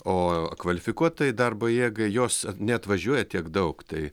o kvalifikuotai darbo jėgai jos neatvažiuoja tiek daug tai